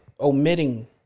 omitting